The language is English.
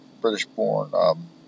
British-born